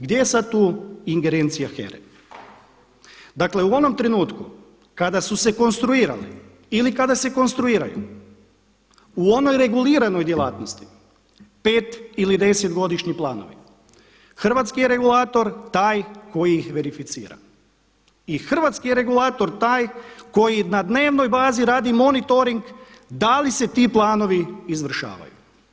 Gdje je sada tu ingerencija HERA-e? dakle u onom trenutku kada su se konstruirali ili kada se konstruiraju u onoj reguliranoj djelatnosti pet ili desetgodišnji planovi, hrvatski regulator je taj koji ih verificira i hrvatski regulator je taj koji na dnevnoj bazi radi monitoring da li se ti planovi izvršavaju.